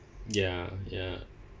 ya ya